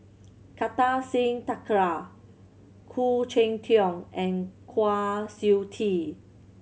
Kartar Singh Thakral Khoo Cheng Tiong and Kwa Siew Tee